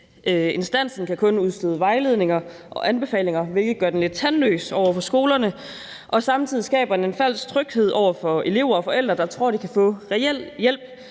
Instansen kan kun udstede vejledninger og anbefalinger, hvilket gør den lidt tandløs over for skolerne. Samtidig skaber den en falsk tryghed for elever og forældre, der tror, de kan få reel hjælp,